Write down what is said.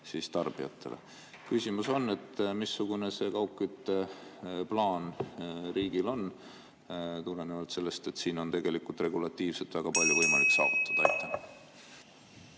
hind tarbijatele. Küsimus on: missugune see kaugkütteplaan riigil on, tulenevalt sellest, et siin on regulatiivselt väga palju võimalik saavutada? Aitäh!